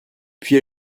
puis